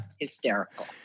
hysterical